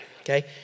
Okay